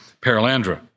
Paralandra